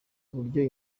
uburyo